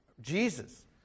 Jesus